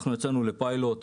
יצאנו לפיילוט,